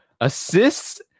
assists